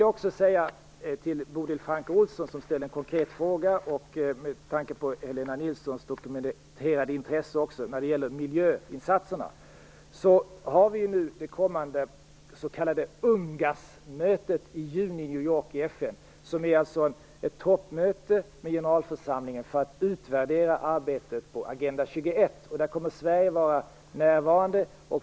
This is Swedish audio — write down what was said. Jag vill till Bodil Francke Ohlsson, som ställde en konkret fråga, och med tanke på Helena Nilssons dokumenterade intresse när det gäller miljöinsatser, säga att det s.k. UNGA-mötet kommer i juni i FN i New York. Det är ett toppmöte med generalförsamlingen för att utvärdera arbetet med Agenda 21. Sverige kommer att vara närvarande.